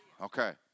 Okay